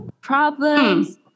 problems